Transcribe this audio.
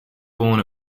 born